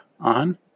on